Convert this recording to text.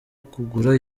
kugura